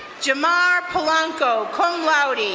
jomar polanco, cum laude,